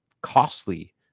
costly